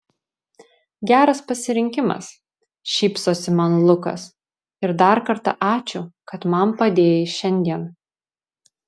geras pasirinkimas šypsosi man lukas ir dar kartą ačiū kad man padėjai šiandien